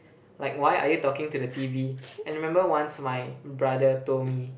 like why are you talking to the T_V and remember once my brother told me